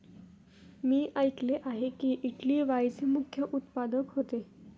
मी ऐकले आहे की, इटली वाईनचे मुख्य उत्पादक होते